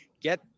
get